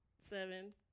Seven